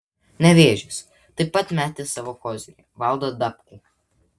nevėžis taip pat metė savo kozirį valdą dabkų